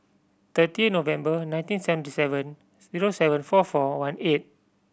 thirty November nineteen seventy seven zero seven four four one eight